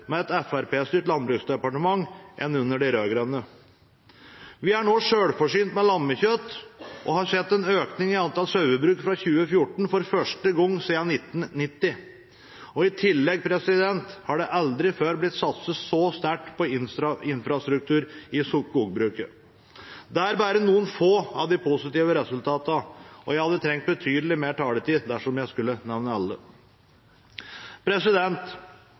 med et Fremskrittsparti-styrt landbruks- og matdepartement enn under de rød-grønne. Vi er nå selvforsynt med lammekjøtt og har sett en økning i antall sauebruk fra 2014, for første gang siden 1990. I tillegg har det aldri før blitt satset så sterkt på infrastruktur i skogbruket. Det er bare noen få av de positive resultatene, og jeg hadde trengt betydelig mer taletid dersom jeg skulle nevne alle.